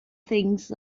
things